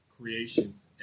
creations